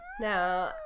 Now